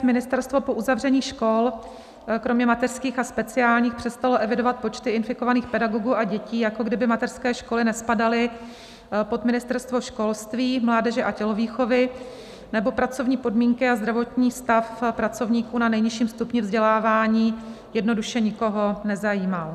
Ministerstvo po uzavření škol kromě mateřských a speciálních přestalo evidovat počty infikovaných pedagogů a dětí, jako kdyby mateřské školy nespadaly pod Ministerstvo školství, mládeže a tělovýchovy, nebo pracovní podmínky a zdravotní stav pracovníků na nejnižším stupni vzdělávání jednoduše nikoho nezajímal.